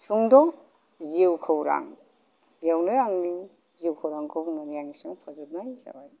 सुंद' जिउ खौरां बेयावनो आंनि जिउखौरांखौ बुंनानै आं एसेयावनो फोजोबनाय जाबाय